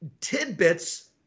tidbits